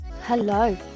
Hello